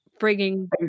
bringing